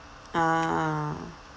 ah